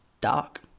dark